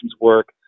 work